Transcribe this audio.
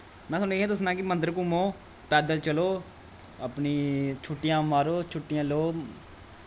में थुआनूं इ'यै दसना ऐ कि मन्दर घूमो पैदल चलो अपनी छुट्टियां मारो छुट्टियां लो